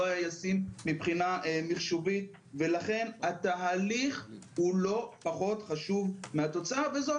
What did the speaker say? היה ישים מבחינה מחשובית ולכן התהליך הוא לא פחות חשוב מהתוצאה וזאת